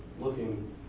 looking